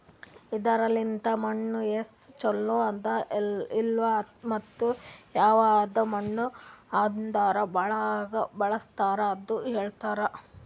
ಇದುರ್ ಲಿಂತ್ ಮಣ್ಣು ಎಸ್ಟು ಛಲೋ ಅದ ಇಲ್ಲಾ ಮತ್ತ ಯವದ್ ಮಣ್ಣ ಯದುರ್ ಒಳಗ್ ಬಳಸ್ತಾರ್ ಅಂತ್ ಹೇಳ್ತಾರ್